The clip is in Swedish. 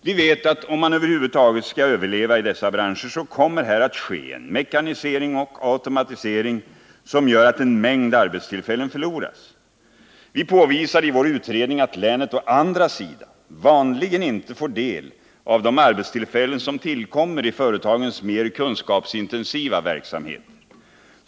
Vi vet att om man över huvud taget skall överleva i dessa branscher kommer det att ske en mekanisering och en automatisering som medför att en mängd arbetstillfällen förloras. Vi påvisade i vår utredning att länet å andra sidan vanligen inte får del av de arbetstillfällen som tillkommer i företagens mer kunskapsintensiva verksamheter.